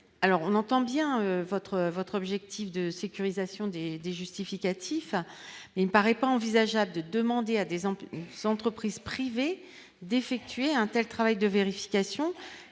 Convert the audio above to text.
alors on entend bien votre votre objectif de sécurisation des des justificatifs, mais il me paraît pas envisageable de demander à des enquêtes entreprises privées d'effectuer untel, travail de vérification